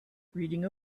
reading